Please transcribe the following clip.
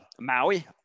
Maui